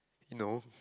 no